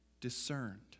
discerned